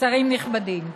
שרים נכבדים,